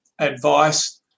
advice